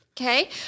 Okay